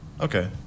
Okay